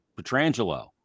petrangelo